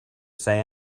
say